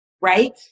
Right